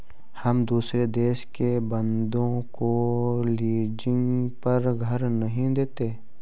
हम दुसरे देश के बन्दों को लीजिंग पर घर नहीं देते